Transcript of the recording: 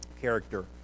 character